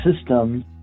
system